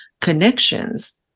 connections